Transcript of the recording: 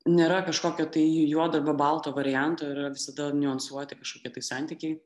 nėra kažkokio tai juodo arba balto varianto yra visada niuansuoti kažkokie tai santykiai